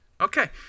Okay